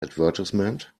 advertisement